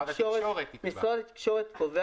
משרד התקשורת קובע.